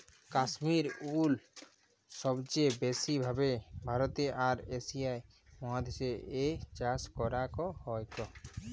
কাশ্মির উল সবচে ব্যাসি ভাবে ভারতে আর এশিয়া মহাদেশ এ চাষ করাক হয়ক